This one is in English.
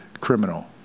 criminal